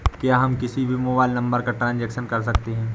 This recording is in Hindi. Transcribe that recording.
क्या हम किसी भी मोबाइल नंबर का ट्रांजेक्शन कर सकते हैं?